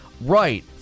right